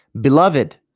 Beloved